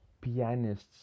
pianists